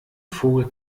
vogel